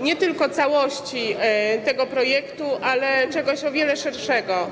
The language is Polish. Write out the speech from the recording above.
nie tylko całości tego projektu, ale czegoś o wiele szerszego.